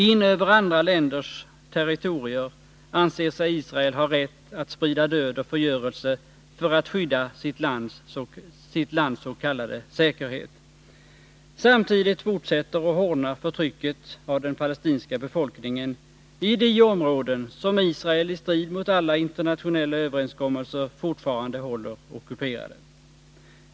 In över andra länders territorier anser sig Israel ha rätt att sprida ” död och förgörelse för att skydda sitt landss.k. säkerhet. Samtidigt fortsätter och hårdnar förtrycket av den palestinska befolkningen i de områden som Israel i strid mot alla internationella överenskommelser fortfarande håller ockuperade.